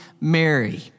Mary